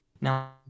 now